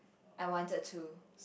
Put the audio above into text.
I wanted to